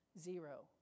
zero